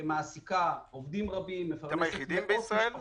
מעסיקה עובדים רבים, מפרנסת מאות משפחות.